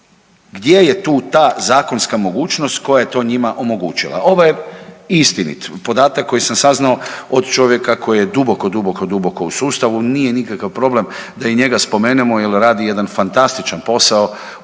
Gdje je tu ta zakonska mogućnost koja je to njima omogućila? Ovo je istinit podatak koji sam saznao od čovjeka koji je duboko, duboko, duboko u sustavu, nije nikakav problem da i njega spomenemo jel radi jedan fantastičan posao ovdje,